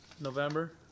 November